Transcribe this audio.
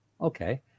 okay